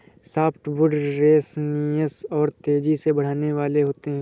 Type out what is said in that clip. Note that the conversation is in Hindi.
सॉफ्टवुड रेसनियस और तेजी से बढ़ने वाले होते हैं